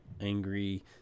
angry